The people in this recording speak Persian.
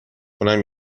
اونم